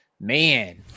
man